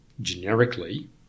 generically